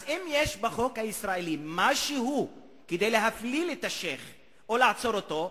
אז אם יש בחוק הישראלי משהו כדי להפליל את השיח' או לעצור אותו,